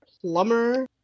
plumber